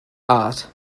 art